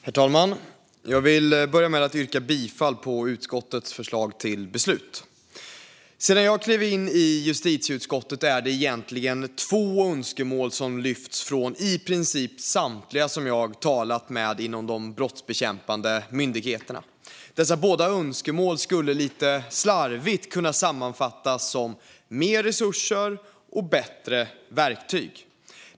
Herr talman! Jag vill börja med att yrka bifall till utskottets förslag till beslut. Sedan jag klev in i justitieutskottet är det egentligen två önskemål som har lyfts från i princip samtliga jag talat med inom de brottsbekämpande myndigheterna. Dessa båda önskemål skulle lite slarvigt kunna sammanfattas som mer resurser och bättre verktyg.